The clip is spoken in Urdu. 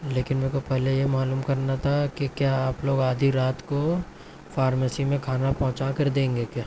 لیکن میرے کو پہلے یہ معلوم کرنا تھا کہ کیا آپ لوگ آدھی رات کو فارمیسی میں کھانا پہنچا کر دیں گے کیا